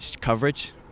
coverage